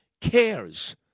cares